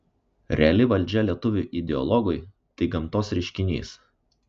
reali valdžia lietuviui ideologui tai gamtos reiškinys